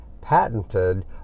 patented